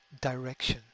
direction